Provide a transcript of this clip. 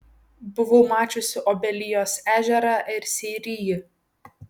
buvau mačiusi obelijos ežerą ir seirijį